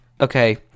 okay